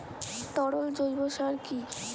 তরল জৈব সার কি?